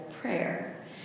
prayer